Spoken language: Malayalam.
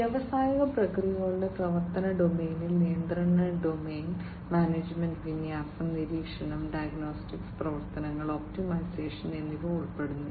വ്യാവസായിക പ്രക്രിയകളുടെ പ്രവർത്തന ഡൊമെയ്നിൽ നിയന്ത്രണ ഡൊമെയ്ൻ മാനേജ്മെന്റ് വിന്യാസം നിരീക്ഷണം ഡയഗ്നോസ്റ്റിക്സ് പ്രവർത്തനങ്ങൾ ഒപ്റ്റിമൈസേഷൻ എന്നിവ ഉൾപ്പെടുന്നു